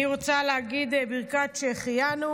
אני רוצה להגיד ברכת שהחיינו,